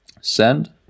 send